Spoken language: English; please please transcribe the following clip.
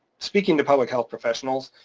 speaking to public health professionals,